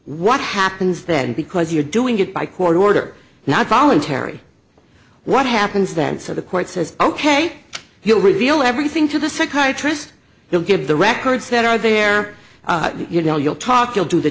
what happens then because you're doing it by court order not voluntary what happens then so the court says ok he'll reveal everything to the psychiatrist he'll give the records that are there you know you'll talk you'll do the